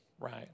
Right